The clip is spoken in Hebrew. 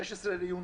16 ביוני.